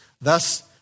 Thus